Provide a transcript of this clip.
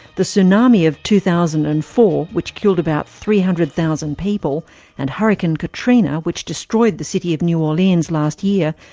the tsunami of two thousand and four which killed about three hundred thousand people and hurricane katrina which destroyed the city of new orleans last year,